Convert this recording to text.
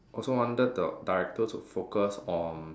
also wanted the director to focus on